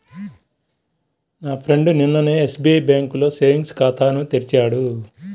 నా ఫ్రెండు నిన్ననే ఎస్బిఐ బ్యేంకులో సేవింగ్స్ ఖాతాను తెరిచాడు